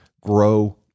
Grow